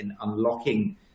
unlocking